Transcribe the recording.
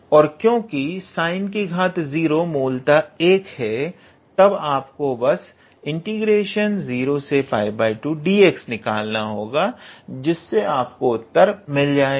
और क्योंकि sine की घात 0 मूलतः 1 है और तब आपको बस 02dx निकालना होगा जिससे आपको उत्तर मिल जाएगा